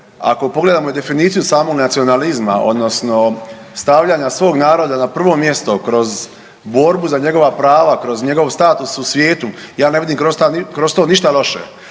ako pogledamo i definiciju samog nacionalizma odnosno stavljanja svog naroda na prvo mjesto kroz borbu za njegova prava, kroz njegov status u svijetu ja ne vidim kroz to ništa loše.